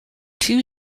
two